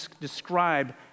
describe